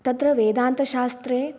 तत्र वेदान्तशास्त्रे